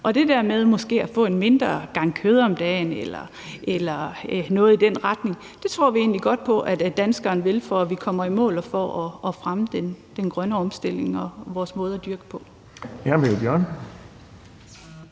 Og det der med måske at få en mindre gang kød om dagen eller noget i den retning tror vi egentlig godt på at danskerne vil, for at vi kommer i mål og fremmer den grønne omstilling i forhold til vores måde at dyrke